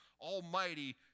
almighty